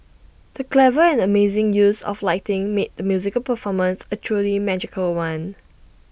the clever and amazing use of lighting made the musical performance A truly magical one